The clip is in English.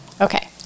Okay